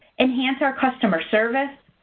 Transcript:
enhance our customer service,